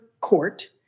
court